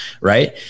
right